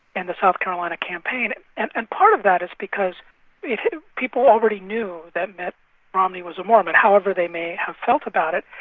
in the south carolina campaign, and and part of that is because people already knew that romney was a mormon, however they may have felt about it.